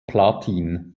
platin